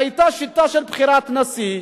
היתה שיטה של בחירת נשיא,